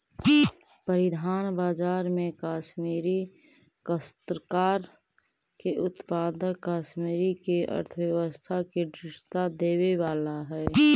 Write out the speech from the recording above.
परिधान बाजार में कश्मीरी काश्तकार के उत्पाद कश्मीर के अर्थव्यवस्था के दृढ़ता देवे वाला हई